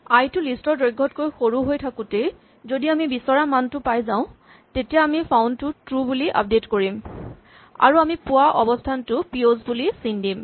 আই টো লিষ্ট ৰ দৈৰ্ঘতকৈ সৰু হৈ থাকোতেই যদি আমি বিচৰা মানটো পাই যাওঁ তেতিয়া আমি ফাউন্ড টো ট্ৰো বুলি আপডেট কৰিম আৰু আমি পোৱা অৱস্হানটো পিঅ'ছ বুলি চিন দিম